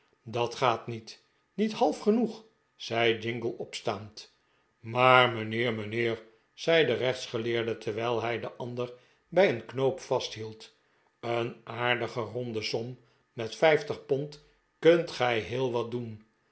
dat gaat niet niet half genoeg zei jingle opstaand maar mijnheer mijnheer zei de rechtsgeleerde terwijl hij den ander bij een knoop vasthield een aardige ronde som met vijftig pond kunt gij heel wat doen